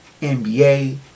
NBA